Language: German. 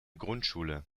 grundschule